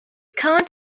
county